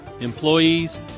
employees